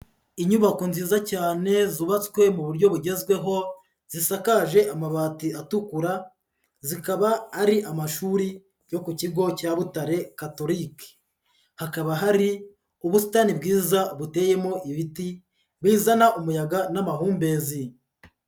Inyubako nziza cyane zubatswe mu buryo bugezweho, zisakaje amabati atukura, zikaba ari amashuri yo ku kigo cya Butare catholique. Hakaba hari ubusitani bwiza buteyemo ibiti, bizana umuyaga n'amahumbezi.